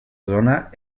zona